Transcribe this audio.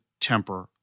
temper